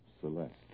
Celeste